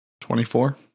twenty-four